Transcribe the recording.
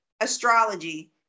astrology